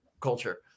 culture